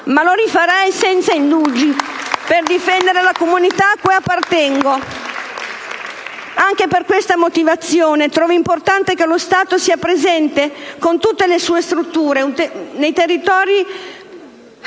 ma lo rifarei senza indugi per difendere la comunità a cui appartengo. Anche per questa motivazione, trovo importante che lo Stato sia presente, in questo territorio,